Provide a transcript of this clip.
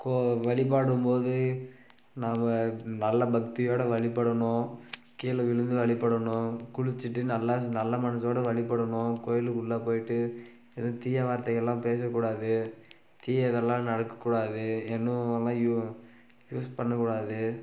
கோ வழிப்படும்போது நாம் நல்ல பக்தியோடு வழிபடணும் கீழே விழுந்து வழிபடணும் குளிச்சுட்டு நல்ல நல்ல மனசோடு வழிபடணும் கோயிலுக்குள்ளே போய்விட்டு எதுவும் தீய வார்த்தைகளெலாம் பேசக்கூடாது தீயதெலாம் நடக்கக்கூடாது என்னும் நல்லா யூ யூஸ் பண்ணக்கூடாது